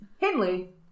Henley